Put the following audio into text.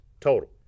Total